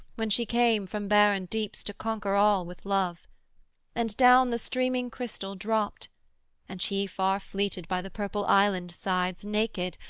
when she came from barren deeps to conquer all with love and down the streaming crystal dropt and she far-fleeted by the purple island-sides, naked,